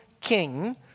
king